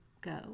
go